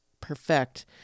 perfect